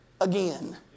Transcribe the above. again